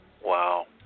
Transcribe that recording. Wow